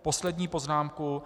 Poslední poznámku.